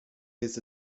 his